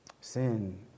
Sin